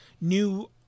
new